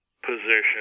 Position